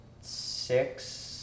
six